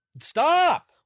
stop